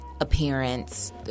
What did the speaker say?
appearance